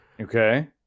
Okay